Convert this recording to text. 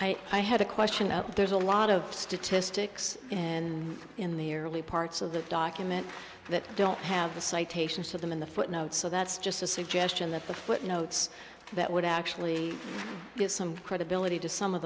else i had a question there's a lot of statistics and in the early parts of the document that don't have the citations to them in the footnotes so that's just a suggestion that the footnotes that would actually give some credibility to some of